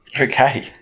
Okay